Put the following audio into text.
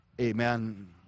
Amen